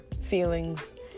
feelings